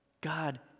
God